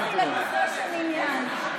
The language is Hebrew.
התייחסתי לגופו של עניין.